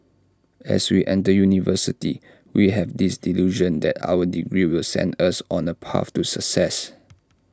as we enter university we have this delusion that our degree will send us on A path to success